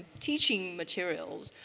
teaching materials.